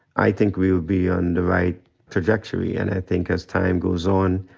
i think we will be on the right trajectory. and i think as time goes on,